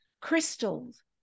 crystals